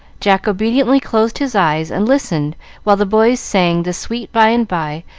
jack obediently closed his eyes and listened while the boys sang the sweet by and by,